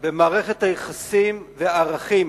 במערכת היחסים והערכים